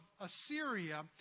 Assyria